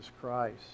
Christ